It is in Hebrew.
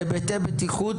בהיבטי בטיחות,